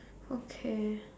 okay